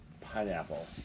Pineapple